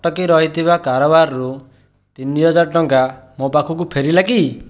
ଅଟକି ରହିଥିବା କାରବାରରୁ ତିନି ହଜାର ଟଙ୍କା ମୋ ପାଖକୁ ଫେରିଲା କି